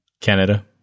Canada